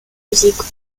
musiques